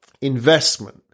investment